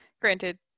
granted